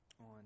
on